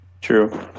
True